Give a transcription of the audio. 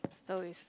so is